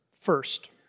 First